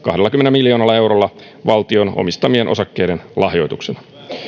miljoonalla eurolla valtion omistamien osakkeiden lahjoituksena